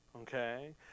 Okay